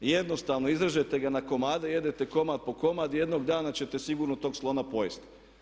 Jednostavno, izrežete ga na komade, jedete komad po komad i jednog dana ćete sigurno tog slona pojesti.